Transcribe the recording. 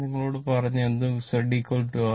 ഞാൻ നിങ്ങളോട് പറഞ്ഞതെന്തും Z R R ആംഗിൾ 0